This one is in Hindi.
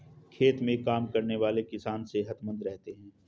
खेत में काम करने वाले किसान सेहतमंद रहते हैं